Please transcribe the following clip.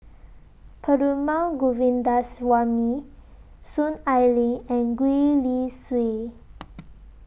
Perumal Govindaswamy Soon Ai Ling and Gwee Li Sui